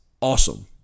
awesome